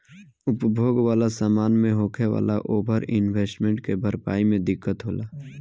उपभोग वाला समान मे होखे वाला ओवर इन्वेस्टमेंट के भरपाई मे दिक्कत होला